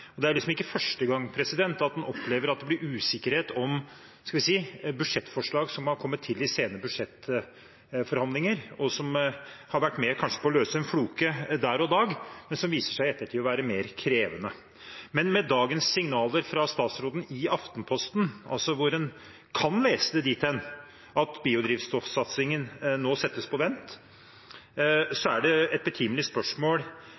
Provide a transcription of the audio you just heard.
Det er ikke første gang en opplever at det blir usikkerhet om budsjettforslag som har kommet til i sene budsjettforhandlinger, og som har vært med på kanskje å løse en floke der og da, men som viser seg i ettertid å være mer krevende. Men med dagens signaler fra statsråden i Aftenposten, hvor en kan lese det dit hen at biodrivstoffsatsingen nå settes på vent,